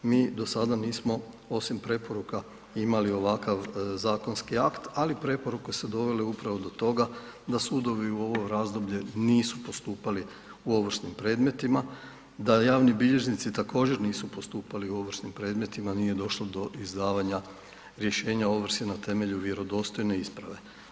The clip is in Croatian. Mi do sada nismo osim preporuka imali ovakav zakonski akt, ali preporuke su dovele upravo do toga da sudovi u ovo razdoblje nisu postupali u ovršnim predmetima, da javni bilježnici također nisu postupali u ovršnim predmetima, nije došlo do izdavanja rješenja o ovrsi na temelju vjerodostojne isprave.